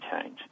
change